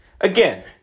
Again